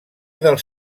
dels